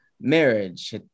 Marriage